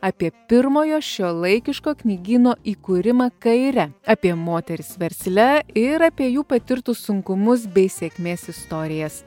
apie pirmojo šiuolaikiško knygyno įkūrimą kaire apie moteris versle ir apie jų patirtus sunkumus bei sėkmės istorijas